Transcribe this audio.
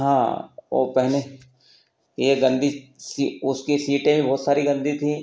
हाँ वह पहने यह गंदी उसकी सीटें बहुत सारी गंदी थी